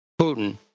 Putin